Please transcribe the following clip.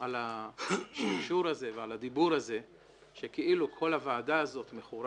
על הקישור הזה ועל הדיבור הזה שכאילו כל הוועדה הזאת מכורה